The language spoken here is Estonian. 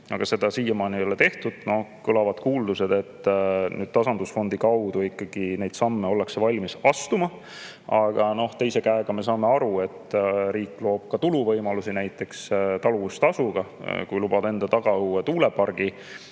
Aga seda siiamaani ei ole tehtud. Käivad kuuldused, et tasandusfondi kaudu ikkagi neid samme ollakse valmis astuma. Aga teise käega, me saame aru, riik loob ka tuluvõimalusi, näiteks taluvustasu näol. Kui lubad enda tagaõue tuulepargi